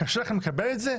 קשה לכם לקבל את זה?